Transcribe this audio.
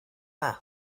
dda